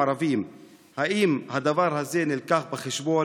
האם הדבר הזה נלקח בחשבון,